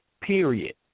Period